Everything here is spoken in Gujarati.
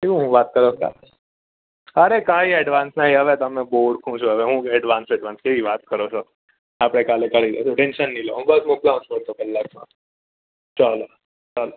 શું વાત કરો અરે કંઈ એડવાન્સ નહીં હવે તમે બહુ એડવાન્સ એડવાન્સ કેવી વાત કરો છો આપણે કાલે કરી લઈશું બહુ ટેન્શન નહીં લો હું બસ મોકલાવું છું અડધો કલાકમાં ચાલો ચાલો